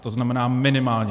To znamená minimálně.